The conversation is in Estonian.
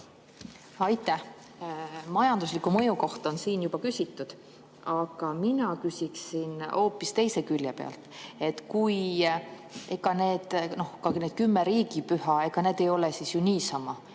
Aitäh! Majandusliku mõju kohta on siin juba küsitud. Aga mina küsiksin hoopis teise külje pealt. Ega need kümme riigipüha ei ole ju niisama.